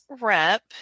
rep